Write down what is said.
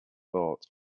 bought